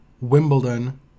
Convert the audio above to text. Wimbledon